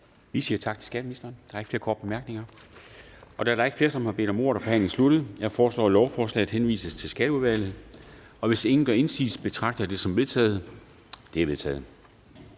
Vi siger tak til skatteministeren. Der er ikke flere korte bemærkninger. Da der ikke er flere, som har bedt om ordet, er forhandlingen sluttet. Jeg foreslår, at lovforslaget henvises til Skatteudvalget. Og hvis ingen gør indsigelse, betragter jeg det som vedtaget. Det er vedtaget.